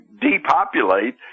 depopulate